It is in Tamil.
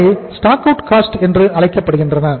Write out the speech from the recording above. அவை ஸ்டாக் அவுட் காஸ்ட் என்று அழைக்கப்படுகின்றன